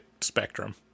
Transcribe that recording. spectrum